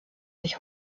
sich